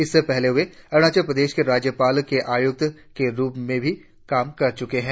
इससे पहले वे अरुणाचल प्रदेश के राज्यपाल के आयुक्त के रुप में काम कर चुके हैं